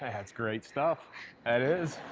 that's great stuff that is.